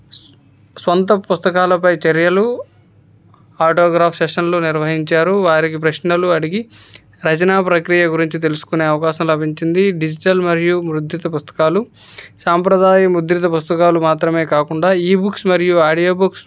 సొంత పుస్తకాలపై చర్యలు ఆటోగ్రాఫ్ సెషన్లు నిర్వహించారు వారికి ప్రశ్నలు అడిగి రచనా ప్రక్రియ గురించి తెలుసుకునే అవకాశం లభించింది డిజిటల్ మరియు ముద్రిత పుస్తకాలు సాంప్రదాయ ముద్రిత పుస్తకాలు మాత్రమే కాకుండా ఈబుక్స్ మరియు ఆడియో బుక్స్